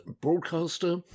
broadcaster